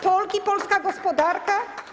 Polki i polska gospodarka?